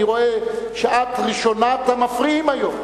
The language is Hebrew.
אני רואה שאת ראשונת המפריעים היום.